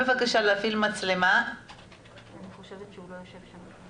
יותר מקרוב ואני מבטיחה לתת לכל אחד בדיונים הבאים גם להביע את עמדתם.